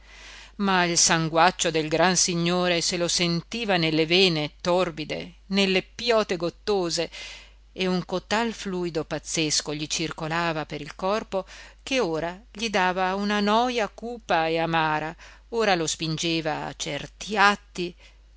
ma il sanguaccio del gran signore se lo sentiva nelle vene torpide nelle piote gottose e un cotal fluido pazzesco gli circolava per il corpo che ora gli dava una noja cupa e amara ora lo spingeva a certi atti